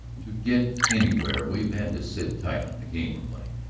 to get anywhere we've had to sit tight on the game we're playing.